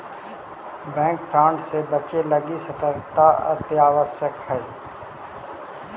bank fraud से बचे लगी सतर्कता अत्यावश्यक हइ